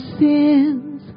sins